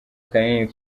kanini